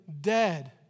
dead